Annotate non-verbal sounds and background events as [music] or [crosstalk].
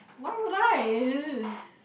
why would I [noise]